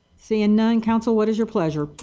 seeing none council what's your pleasure.